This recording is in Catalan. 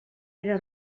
era